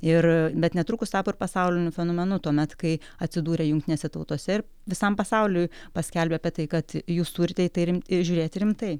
ir bet netrukus tapo pasauliniu fenomenu tuomet kai atsidūrė jungtinėse tautose ir visam pasauliui paskelbė apie tai kad jūs turite į tai rimt žiūrėti rimtai